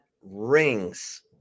rings